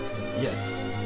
Yes